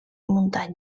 muntanya